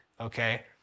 okay